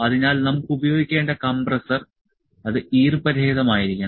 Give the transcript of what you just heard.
അതിനാൽ നമുക്ക് ഉപയോഗിക്കേണ്ട കംപ്രസ്സർ അത് ഈർപ്പ രഹിതമായിരിക്കണം